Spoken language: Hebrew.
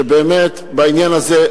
שבאמת בעניין הזה,